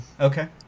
okay